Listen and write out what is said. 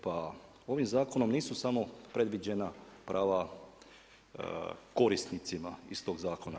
Pa ovim zakonom nisu samo predviđena prava korisnicima iz tog zakona.